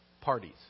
parties